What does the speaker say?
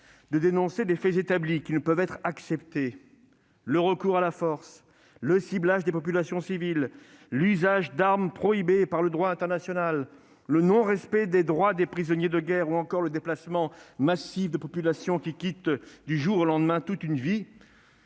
de dénoncer des faits accomplis qui ne peuvent être acceptés : le recours à la force, le ciblage des populations civiles, l'usage d'armes prohibées par le droit international, le non-respect des droits des prisonniers de guerre ou encore le déplacement massif de population qui quittent du jour au lendemain toute une vie